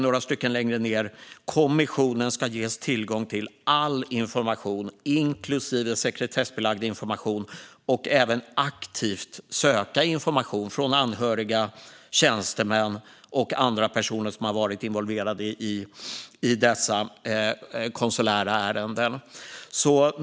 Några stycken längre ned står det: "Kommissionen ska ges tillgång till all information, inklusive sekretessbelagd information, och även aktivt söka information från anhöriga, tjänstemän och andra personer som har varit involverade i dessa konsulärärenden."